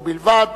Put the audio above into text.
ובלבד